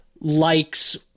likes